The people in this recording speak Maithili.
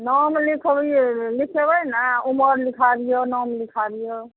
नाम लिखब ये लिखेबै ने उमर लिखा दिऔ नाम लिखा दिऔ